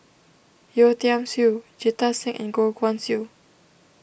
Yeo Tiam Siew Jita Singh and Goh Guan Siew